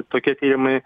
tokie tyrimai